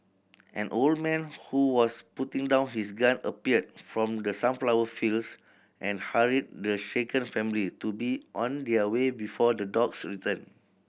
an old man who was putting down his gun appeared from the sunflower fields and hurried the shaken family to be on their way before the dogs return